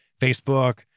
Facebook